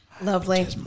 Lovely